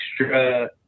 extra